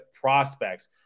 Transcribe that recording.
prospects